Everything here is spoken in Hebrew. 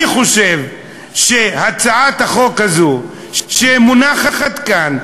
אני חושב שהצעת החוק הזאת שמונחת כאן,